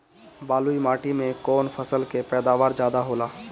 बालुई माटी में कौन फसल के पैदावार ज्यादा होला?